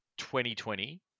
2020